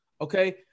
okay